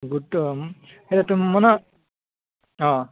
গুডটো সেইটো মানে অঁ